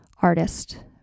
Artist